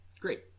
Great